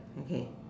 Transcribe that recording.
okay